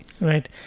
Right